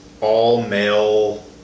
all-male